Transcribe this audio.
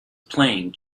playing